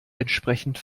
entsprechend